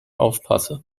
aufpasse